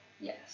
Yes